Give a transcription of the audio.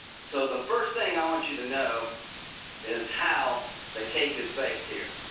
so the first thing i want you to know is how the cake is baked here.